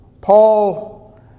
Paul